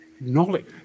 knowledge